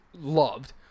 loved